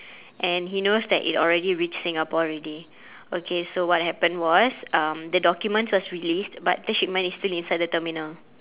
and he knows that it already reached singapore already okay so what happened was um the documents was released but the shipment is still inside the terminal